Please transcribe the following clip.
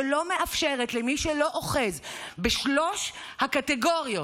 שלא מאפשרת למי שלא אוחז בשלוש הקטגוריות,